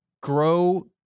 grow